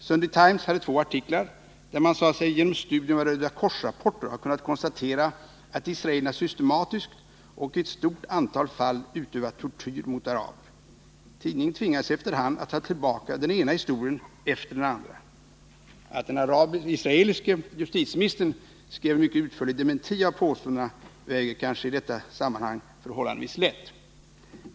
Sunday Times hade två artiklar, där man sade sig genom studium av Röda korset-rapporter ha kunnat konstatera att israelerna systematiskt och i ett stort antal fall utövat tortyr mot araber. Tidningen tvingades efter hand att ta tillbaka den ena historien efter den andra. Att den israeliske justitieministern skrev en mycket utförlig dementi av påståendena väger kanske i detta sammanhang förhållandevis lätt.